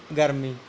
ਗਰਮੀ